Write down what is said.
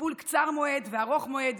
לטיפול קצר מועד וארוך מועד.